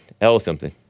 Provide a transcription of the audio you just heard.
L-something